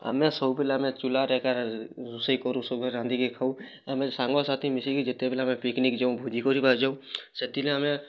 ଆମେ ସବୁ ପିଲା ଆମେ ଚୁଲାରେ ଏକାରେ ରୋଷେଇ କରୁ ସଭିଏଁ ରାନ୍ଧିକି ଖାଉ ଆମେ ସାଙ୍ଗ ସାଥି ମିଶିକି ଯେତେବେଲେ ଆମେ ପିକନିକ୍ ଯାଉ ଭୋଜି କରିବା ଯାଉ ସେଥିରେ ଆମେ